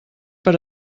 per